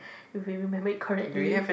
if we remember it correctly